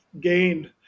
gained